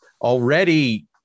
already